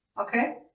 Okay